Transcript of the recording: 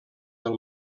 del